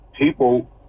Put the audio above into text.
people